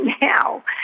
now